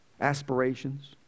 aspirations